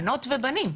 בנות ובנים,